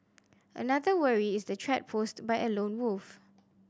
another worry is the threat posed by a lone wolf